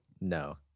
No